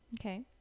Okay